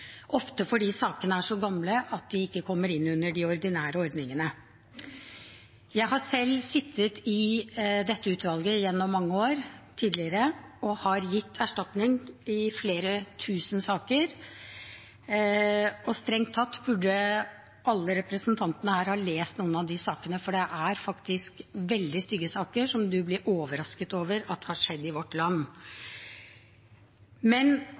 ofte fordi sakene er så gamle at de ikke kommer inn under de ordinære ordningene. Jeg har tidligere selv sittet i dette utvalget gjennom mange år og har gitt erstatning i flere tusen saker. Strengt tatt burde alle representantene her ha lest noen av de sakene, for det er faktisk veldig stygge saker som man blir overrasket over at har skjedd i vårt land.